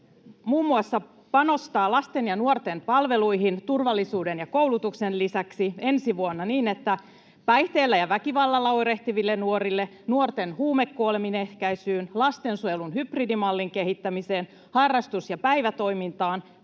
muun muassa panostaa lasten ja nuorten palveluihin turvallisuuden ja koulutuksen lisäksi ensi vuonna niin, että panostetaan päihteillä ja väkivallalla oirehtiville nuorille, nuorten huumekuolemien ehkäisyyn, lastensuojelun hybridimallin kehittämiseen, harrastus- ja päivätoimintaan,